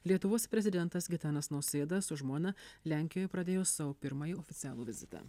lietuvos prezidentas gitanas nausėda su žmona lenkijoj pradėjo savo pirmąjį oficialų vizitą